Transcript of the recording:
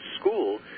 school